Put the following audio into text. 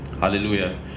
Hallelujah